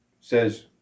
says